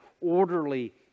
orderly